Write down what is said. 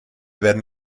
werden